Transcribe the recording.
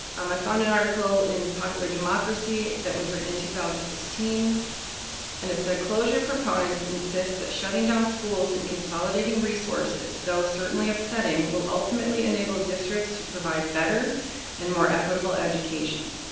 um i found an article in popular democracy that was written in two thousand and sixteen and it said, closure proponents insist that shutting down schools and consolidating resources, though certainly upsetting, will ultimately enable districts to provide better and more equitable education.